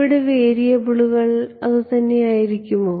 ഇവിടെ വേരിയബിളുകൾ അതു തന്നെയായിരിക്കുമോ